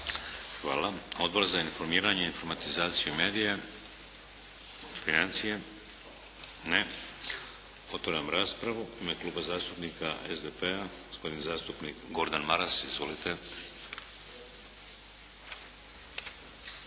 Hvala. Odbor za informiranje i informatizaciju medija? Financije? Ne. Otvaram raspravu. U ime Kluba zastupnika SDP-a gospodin zastupnik Gordan Maras. Izvolite.